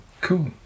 Cool